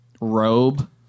robe